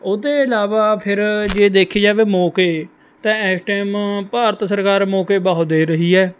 ਉਹ ਤੋਂ ਇਲਾਵਾ ਫਿਰ ਜੇ ਦੇਖਿਆ ਜਾਵੇ ਮੌਕੇ ਤਾਂ ਇਸ ਟਾਈਮ ਭਾਰਤ ਸਰਕਾਰ ਮੌਕੇ ਬਹੁਤ ਦੇ ਰਹੀ ਹੈ